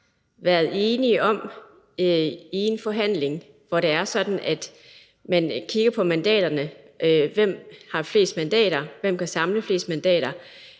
været enige om i en forhandling, hvor det er sådan, at man kigger på mandaterne – hvem der har flest mandater, og hvem der kan samle flest mandater